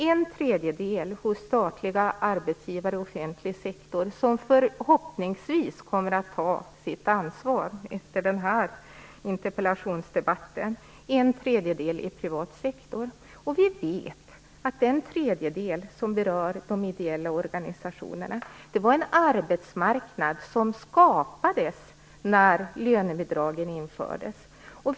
En tredjedel finns hos statliga arbetsgivare och offentlig sektor som förhoppningsvis kommer att ta sitt ansvar efter den här interpellationsdebatten. En tredjedel finns i privat sektor. Vi vet att den tredjedel som finns i de ideella organisationerna finns på en arbetsmarknad som skapades när lönebidragen infördes.